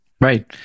right